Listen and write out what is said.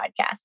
podcast